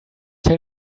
tell